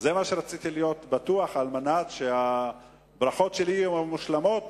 רציתי להיות בטוח, כדי שהברכות שלי יהיו מושלמות,